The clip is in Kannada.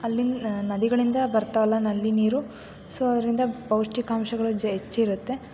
ಅಲ್ಲಿ ನದಿಗಳಿಂದ ಬರ್ತಾವಲ್ಲ ನಲ್ಲಿ ನೀರು ಸೊ ಅದರಿಂದ ಪೌಷ್ಟಿಕಾಂಶಗಳು ಜ ಹೆಚ್ಚಿರುತ್ತೆ